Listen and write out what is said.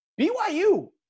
BYU